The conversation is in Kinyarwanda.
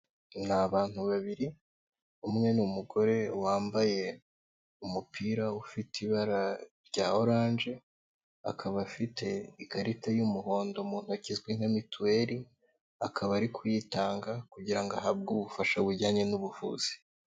Ni abantu babiri, umwe ni umugore wambaye umupira ufite ibara rya oranje, akaba afite ikarita y'umuhondo mu ntoki izwi nka mituweri akaba ari kuyitanga kugira ngo ahabwe ubufasha bujyanye n'ubuvuzi.